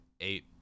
eight